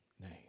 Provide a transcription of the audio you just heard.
name